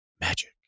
magic